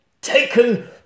taken